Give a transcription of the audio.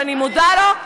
שאני מודה לו,